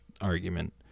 argument